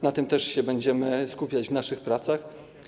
Na tym też się będziemy skupiać w naszych pracach.